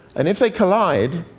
and if they collide,